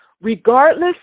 regardless